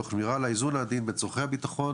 תוך שמירה על האיזון העדין בין צרכי הביטחון